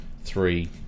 three